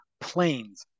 planes